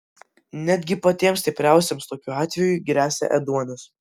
netgi patiems stipriausiems tokiu atveju gresia ėduonis